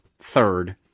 third